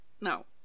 No